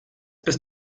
bist